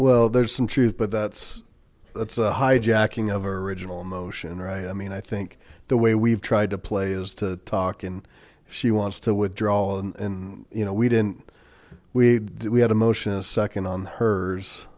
well there's some truth but that's that's a hijacking ever riginal motion right i mean i think the way we've tried to play is to talk and she wants to withdraw and you know we didn't we we had a motion a second on hers